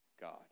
God